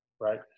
Right